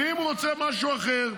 ואם הוא רוצה משהו אחר,